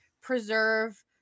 preserve